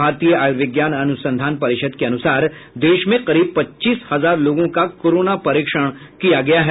भारतीय आयुर्विज्ञान अनुसंधान परिषद के अनुसार देश में करीब पच्चीस हजार लोगों का कोरोना परीक्षण किया गया है